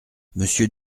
monsieur